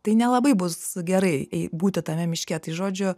tai nelabai bus gerai ei būti tame miške tai žodžiu